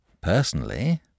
Personally